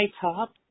top